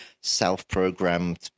self-programmed